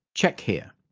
check here.